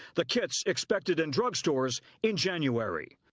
the kits expected in drug stores in january.